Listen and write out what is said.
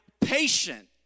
patient